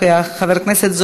חבר הכנסת יואל חסון,